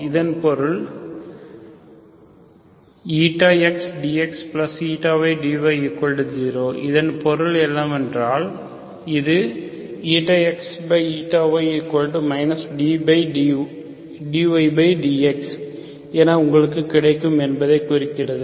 இதன் பொருள் xdxydy0 இதன் பொருள் என்னவென்றால் இது ηx ηy dydx என உங்களுக்குக் கிடைக்கும் என்பதைக் குறிக்கிறது